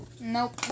Nope